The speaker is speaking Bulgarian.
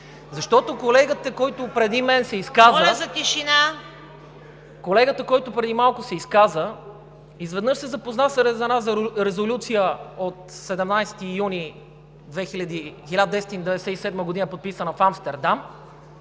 Защото колегата, който преди малко се изказа, изведнъж се запозна с една резолюция от 17 юни 1997 г., подписана в Амстердам,